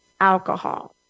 alcohol